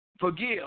forgive